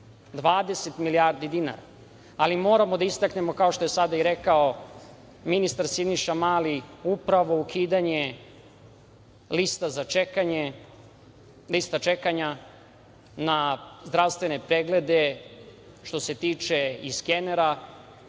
20 milijardi dinara, ali moramo da istaknemo, kao što je sada i rekao ministar Siniša Mali, upravo ukidanje lista čekanja na zdravstvene preglede, što se tiče i skenera,